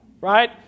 right